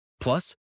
Plus